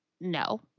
No